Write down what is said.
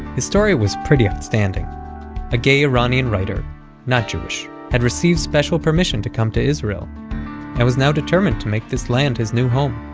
his story was pretty outstanding a gay iranian writer not jewish had received special permission to come to israel and was now determined to make this land his new home